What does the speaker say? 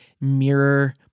mirror